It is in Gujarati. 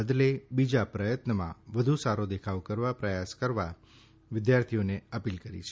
બદલે બીજા પ્રયત્નમાં વધુ સારો દેખાવ કરવા પ્રયાસ વધારવા વિદ્યાર્થીઓને અપીલ કરી છે